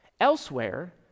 elsewhere